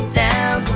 down